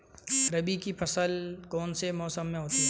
रबी की फसल कौन से मौसम में होती है?